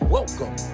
Welcome